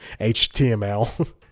HTML